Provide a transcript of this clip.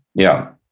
yeah.